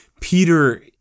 Peter